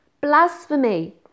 blasphemy